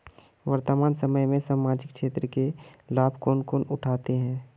वर्तमान समय में सामाजिक क्षेत्र के लाभ कौन उठावे है?